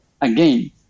again